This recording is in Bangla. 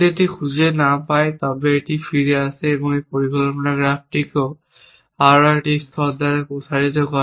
যদি এটি খুঁজে না পায় তবে এটি ফিরে যায় এবং পরিকল্পনা গ্রাফটিকে আরও একটি স্তর দ্বারা প্রসারিত করে